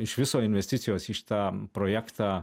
iš viso investicijos į šitą projektą